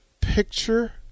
picture